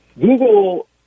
Google